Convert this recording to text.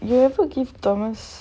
you ever give the rest